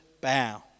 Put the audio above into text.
bow